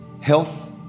health